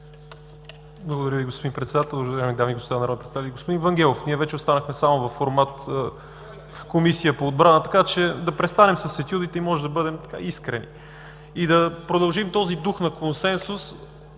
господа народни представители! Господин Вангелов, ние останахме вече само във формат – Комисия по отбрана, така че да престанем с етюдите и може да бъдем искрени, и да продължим този дух на консенсус,